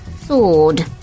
sword